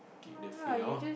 keep the fish orh